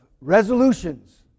resolutions